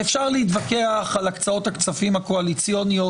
ואפשר להתווכח על הקצאות הכספים הקואליציוניות,